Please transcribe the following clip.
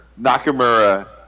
Nakamura